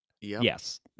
Yes